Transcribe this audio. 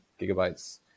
gigabytes